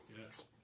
Yes